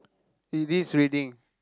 it is reading